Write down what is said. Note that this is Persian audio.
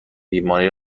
بیماری